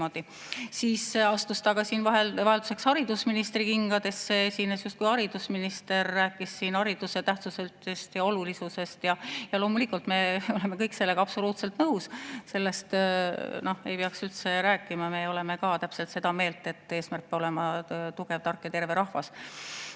Siis astus ta siin vahelduseks ka haridusministri kingadesse, esines justkui haridusminister, rääkis hariduse tähtsusest ja olulisusest. Loomulikult oleme me kõik sellega absoluutselt nõus. Sellest ei peaks üldse rääkima. Me oleme ka täpselt seda meelt, et eesmärk peab olema tugev, tark ja terve rahvas.